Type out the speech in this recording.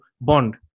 bond